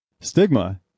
Stigma